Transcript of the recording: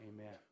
Amen